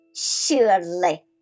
Surely